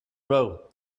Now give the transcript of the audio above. row